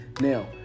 now